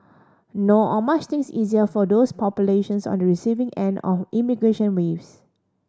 nor are much things easier for those populations on the receiving end of immigration waves